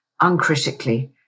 uncritically